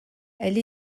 elle